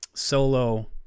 Solo